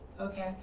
Okay